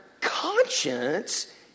conscience